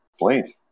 please